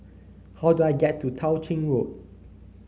how do I get to Tao Ching Road